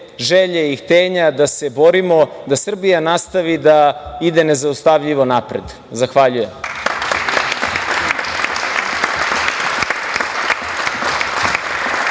želje i htenja da se borimo da Srbija nastavi da ide nezaustavljivo napred. Zahvaljujem.